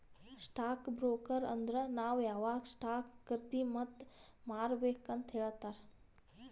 stock broker ಅಂದುರ್ ನಾವ್ ಯಾವಾಗ್ ಸ್ಟಾಕ್ ಖರ್ದಿ ಮತ್ ಮಾರ್ಬೇಕ್ ಅಂತ್ ಹೇಳ್ತಾರ